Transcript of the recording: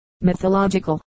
mythological